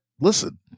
Listen